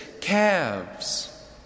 calves